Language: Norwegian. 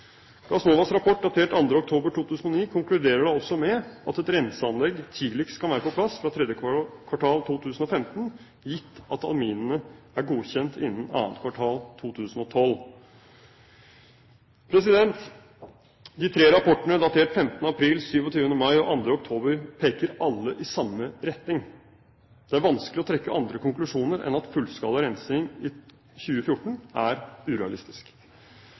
Gassnovas rapport datert den 2. oktober 2009 konkluderer da også med at et renseanlegg tidligst kan være på plass fra tredje kvartal 2015, gitt at aminene er godkjent innen annet kvartal 2012. De tre rapportene datert 15. april, 27. mai og 2. oktober peker alle i samme retning. Det er vanskelig å trekke andre konklusjoner enn at fullskala rensing i 2014 er urealistisk.